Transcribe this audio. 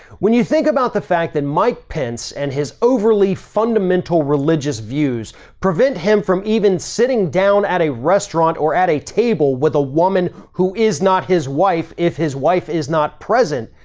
when you think about the fact that mike pence and his overly-fundamental religious views prevent him from even sitting down at a restaurant or at a table with a woman who is not his wife if his wife is not present,